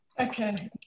Okay